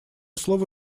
слово